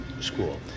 school